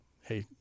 hey